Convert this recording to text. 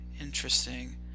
Interesting